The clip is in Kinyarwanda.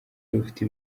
rufite